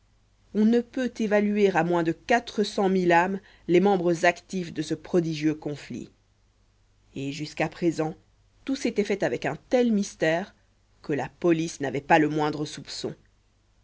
on ne peut évaluer à moins de quatre cent mille âmes les membres actifs de ce prodigieux conflit et jusqu'à présent tout s'était fait avec un tel mystère que la police n'avait pas le moindre soupçon